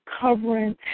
covering